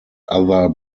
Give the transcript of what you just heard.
other